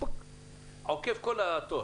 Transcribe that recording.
עוקף כל התור.